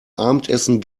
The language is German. abendessen